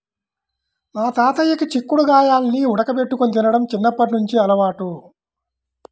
మా తాతయ్యకి చిక్కుడు గాయాల్ని ఉడకబెట్టుకొని తినడం చిన్నప్పట్నుంచి అలవాటు